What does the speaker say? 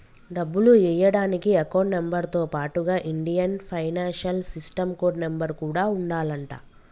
డబ్బులు ఎయ్యడానికి account number తో పాటుగా Indian financial system code number కూడా ఉండాలంట